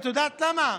את יודעת למה?